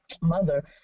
mother